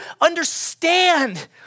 understand